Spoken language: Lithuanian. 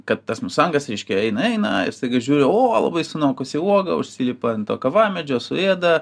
kad tas musangas reiškia eina eina ir staiga žiūri o labai sunokusi uoga užsilipa ant to kavamedžio suėda